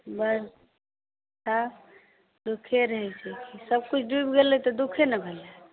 बड़ तऽ दुखी रहैत छी सभ कुछ डूबि गेलै तऽ दुःखेने भेलै